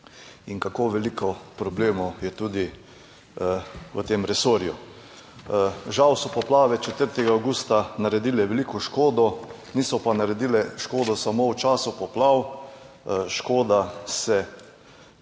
kako veliko problemov je v tem resorju. Žal so poplave 4. avgusta naredile veliko škodo. Niso pa naredile škode samo v času poplav, škoda se